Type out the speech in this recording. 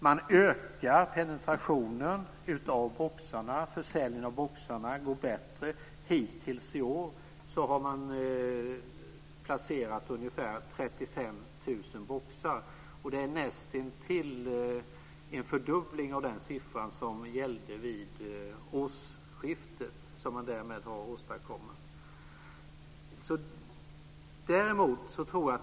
Man ökar penetrationen av boxarna. Försäljningen går bättre. Hittills i år har man placerat ungefär 35 000 boxar. Därmed har man åstadkommit nästintill en fördubbling av den siffra som gällde vid årsskiftet.